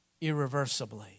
irreversibly